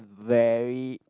very